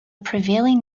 prevailing